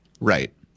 Right